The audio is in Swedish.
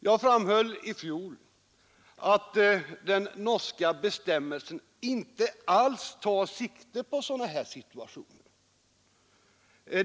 Jag framhöll i fjol att den norska bestämmelsen inte alls tar sikte på sådana här situationer.